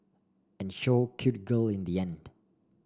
and show cute girl in the end